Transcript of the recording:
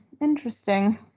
Interesting